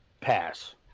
pass